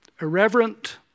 irreverent